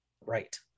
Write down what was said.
Right